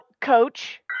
coach